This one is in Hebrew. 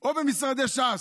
או במשרדי ש"ס.